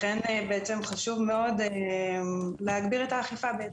לכן חשוב מאוד להגביר את האכיפה.